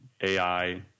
AI